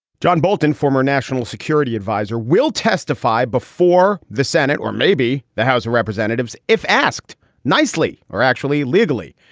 john bolton, former national security adviser, will testify before the senate. or maybe the house of representatives if asked nicely or actually legally,